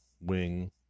wing